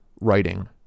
writing